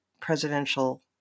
presidential